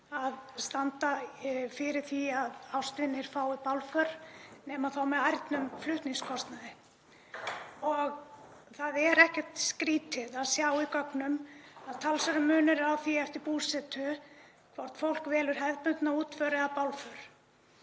að standa fyrir því að ástvinir fái bálför nema þá með ærnum flutningskostnaði. Það er ekkert skrýtið að sjá í gögnum að talsverður munur er á því eftir búsetu hvort fólk velur hefðbundna útför eða bálför.